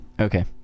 Okay